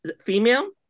Female